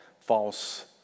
False